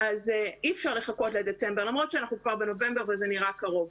אי אפשר לחכות לדצמבר למרות שאנחנו כבר בנובמבר וזה נראה קרוב.